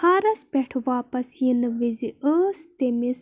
فارس پٮ۪ٹھ واپس یِنہٕ وز ٲس تٔمِس